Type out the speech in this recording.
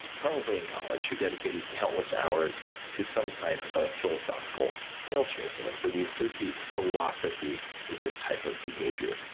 probably in college, who dedicated countless hours to some type of philosophical tail chasing. and, so we associate philosophy with this type of behavior.